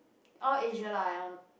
all Asia lah ya